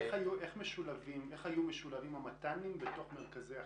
איך שולבו המת"נים בתוך מרכזי החוסן?